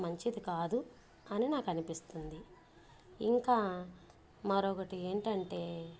మంచిది కాదు అని నాకు అనిపిస్తుంది ఇంకా మరొకటి ఏంటంటే